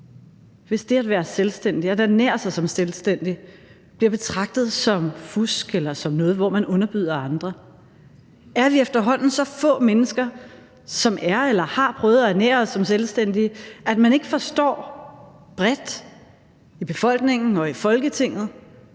hvis det at være selvstændig og at ernære sig som selvstændig, bliver betragtet som fusk eller som noget, hvor man underbyder andre? Er vi efterhånden så få mennesker, som er eller som har prøvet at ernære os som selvstændige, at man ikke forstår bredt i befolkningen og i Folketinget,